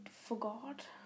forgot